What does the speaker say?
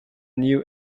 new